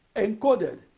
encoded